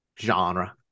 genre